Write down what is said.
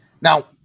Now